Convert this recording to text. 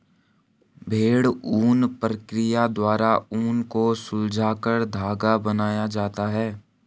भेड़ ऊन प्रक्रिया द्वारा ऊन को सुलझाकर धागा बनाया जाता है